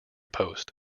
post